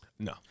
No